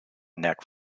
neck